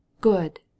Good